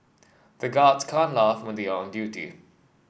the guards can't laugh when they are on duty